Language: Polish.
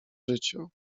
życiu